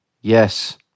Yes